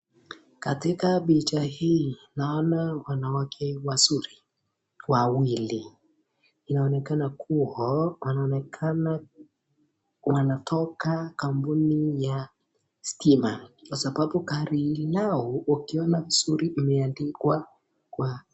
Katika picha hii naona wanawake wazuri, wawili, inaonekana kuwa, anaonekana wanatoka kampuni ya stima, kwa sababu gari linao ukiona vizuri imeandikwa kwa.